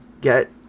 get